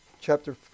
chapter